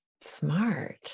smart